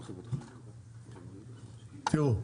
תיראו,